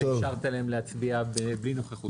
שאפשרת להם להצביע בלי נוכחות.